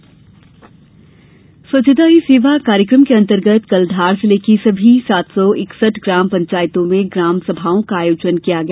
स्वच्छता धार स्वच्छता ही सेवा कार्यक्रम के अंतर्गत कल धार जिले की सभी सात सौ इकसठ ग्राम पंचायतों में ग्राम सभाओं का आयोजन किया गया